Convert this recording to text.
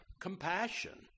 compassion